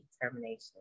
determination